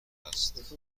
است